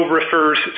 refers